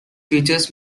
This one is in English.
features